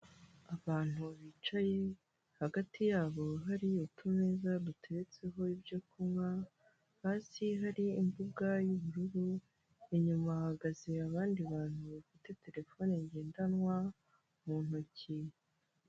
Abantu bicaye, hagati yabo hari utumeza duteretseho ibyo kunywa, hasi hari imbuga y'ubururu, inyuma hagaze abandi bantu bafite telefone ngendanwa mu ntoki.